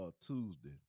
Tuesday